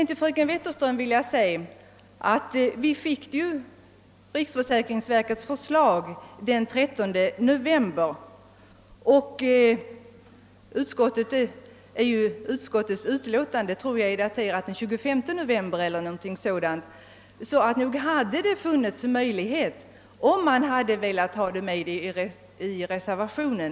Till fröken Wetterström vill jag säga att utskottet fick riksförsäkringsverkets förslag den 13 november och att utskottets utlåtande är daterat den 25 november, så nog hade det funnits möjlighet att ta med några principiella synpunkter i reservationen.